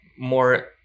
more